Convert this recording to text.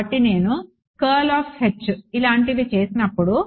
కాబట్టి నేను ఇలాంటివి చేసినప్పుడు